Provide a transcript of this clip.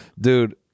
dude